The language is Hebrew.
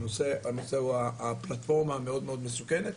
הנושא הוא הפלטפורמה המאוד מסוכנת.